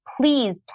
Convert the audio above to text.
please